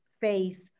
face